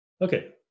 Okay